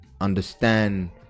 understand